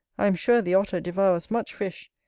i am sure the otter devours much fish,